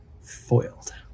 foiled